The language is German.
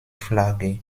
flagge